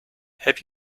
have